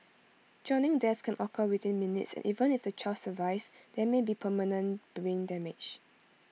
drowning deaths can occur within minutes and even if the child survives there may be permanent brain damage